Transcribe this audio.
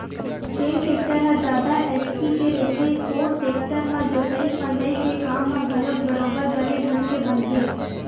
जेन टेक्टर ह जादा एच.पी के रहिथे ओ टेक्टर म जोतई फंदई के काम ह घलोक बरोबर बने ढंग के बनथे